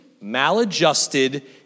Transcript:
maladjusted